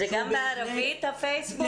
זה בערבית הפייסבוק?